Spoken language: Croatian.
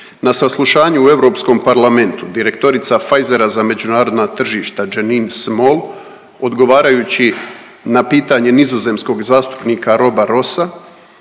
na saslušanju u Europskom parlamentu direktorica Pfizera za međunarodna tržišta Janine Small odgovarajući na pitanje nizozemskog zastupnika Roba Roosa